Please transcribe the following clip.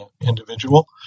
individual